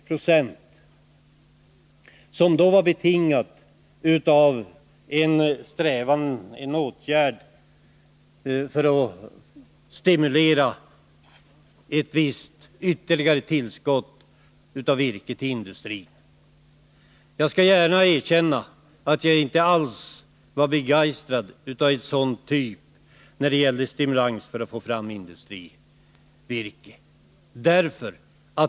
Denna höjning var betingad av en strävan efter åtgärder för att stimulera ett visst ytterligare tillskott av virke till industrin. Jag skall gärna erkänna att jag inte alls var begeistrad i en sådan typ av stimulans för att få fram industrivirke.